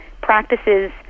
practices